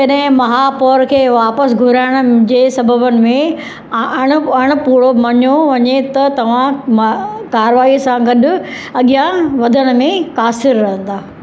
कड॒हिं महापौर खे वापसि घुराइण जे सबबनि में अणि अणिपुरो मञियो वञे त तव्हां कारवाई सां गॾु अॻियां वधण में कासिरु रहंदा